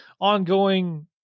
ongoing